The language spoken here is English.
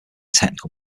technical